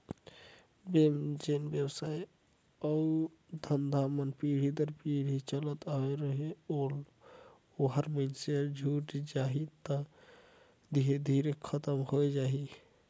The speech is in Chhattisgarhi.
जेन बेवसाय अउ धंधा मन हर पीढ़ी दर पीढ़ी चलत आवत रहिस ओहर अइसने छूटत जाही तब तो धीरे धीरे सब खतम होए जाही